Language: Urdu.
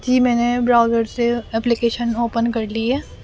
جی میں نے براؤزر سے اپلیکیشن اوپن کر لی ہے